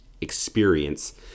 experience